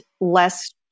less